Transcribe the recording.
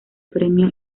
premio